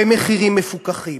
במחירים מפוקחים,